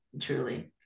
truly